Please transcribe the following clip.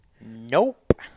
nope